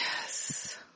Yes